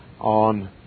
on